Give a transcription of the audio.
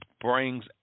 brings